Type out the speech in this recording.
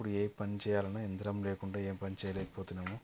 ఇప్పుడు ఏ పని చేయాలన్నా యంత్రం లేకుండా ఏం పని చేయలేకపోతున్నాము